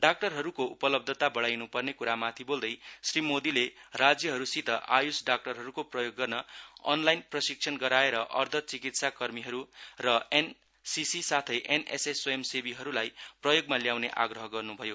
डाक्टरहरूको उपलब्धता बढाइन् पर्ने क्रामाथि बोल्दै श्री मोदीले राज्यहरूसित आयुष डाक्टरहरूको प्रयोग गर्न अनलाईन प्रशिक्षण गराएर अर्ध चिकित्सा कर्मीहरू र एनसीसी साथै एनएसएस स्वंयसेवीहरूलाई प्रयोगमा ल्याउने आग्रह गर्न्भयो